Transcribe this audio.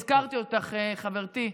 הזכרתי אותך, חברתי.